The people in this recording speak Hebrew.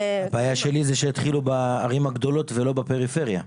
הבעיה שלי זה שהתחילו בערים הגדולות ולא בפריפריה.